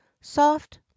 Soft